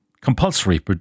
compulsory